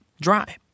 dry